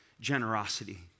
generosity